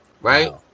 Right